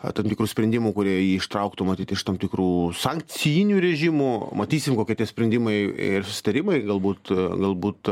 ar tam tikrų sprendimų kurie jį ištrauktų matyt iš tam tikrų sankcijinių režimų matysim kokie tie sprendimai ir susitarimai galbūt galbūt